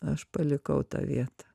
aš palikau tą vietą